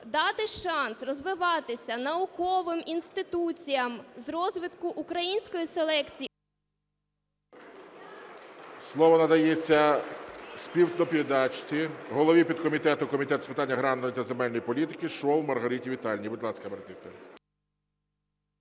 дати шанс розвиватися науковим інституціям з розвитку української селекції... ГОЛОВУЮЧИЙ. Слово надається співдоповідачці голові підкомітету Комітету з питань аграрної та земельної політики Шол Маргариті Віталіївні. Будь ласка, Маргарита